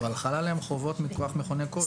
אבל חלות עליהם חובות מכוח מכוני כושר.